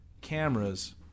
cameras